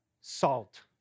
salt